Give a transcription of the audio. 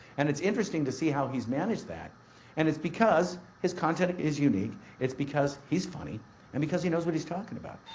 and it's interesting to see how he's managed that and it's because his content is unique. it's because he's funny and because he knows what he's talking about.